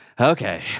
okay